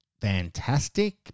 fantastic